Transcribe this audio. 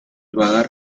vagar